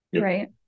Right